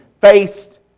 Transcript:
faced